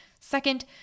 Second